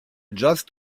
just